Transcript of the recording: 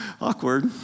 Awkward